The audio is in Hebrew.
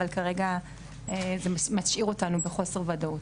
אבל כרגע זה משאיר אותנו בחוסר וודאות.